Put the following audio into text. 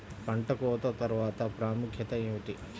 పంట కోత తర్వాత ప్రాముఖ్యత ఏమిటీ?